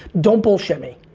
don't bullshit me.